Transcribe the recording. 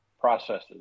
processes